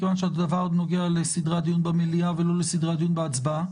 מכיוון שהדבר נוגע לסדרי הדיון במליאה ולא לסדרי הדיון בהצבעה,